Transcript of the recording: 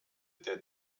der